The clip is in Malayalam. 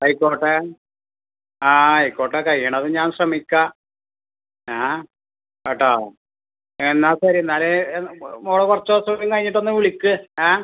ആയിക്കോട്ടെ ആ ആയിക്കോട്ടെ കഴിയുന്നതും ഞാൻ ശ്രമിക്കാം ആ കേട്ടോ എന്നാൽ ശരി എന്നാൽ മോൾ കുറച്ച് ദിവസം കഴിഞ്ഞിട്ടൊന്ന് വിളിക്ക് ഏ